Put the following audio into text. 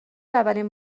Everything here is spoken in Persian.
اولین